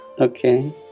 Okay